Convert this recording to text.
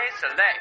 Select